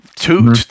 Two